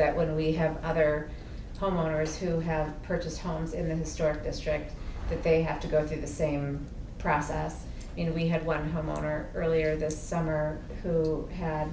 that when we have other homeowners who have purchased homes in the store district that they have to go through the same process you know we had one homeowner earlier this summer who had